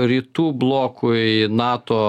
rytų blokui nato